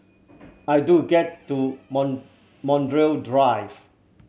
I do get to Montreal Drive